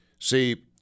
See